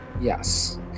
Yes